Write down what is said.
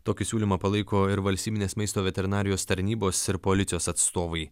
tokį siūlymą palaiko ir valstybinės maisto veterinarijos tarnybos ir policijos atstovai